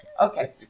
Okay